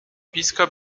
pisca